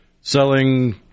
selling